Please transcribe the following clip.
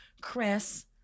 Chris